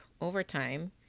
overtime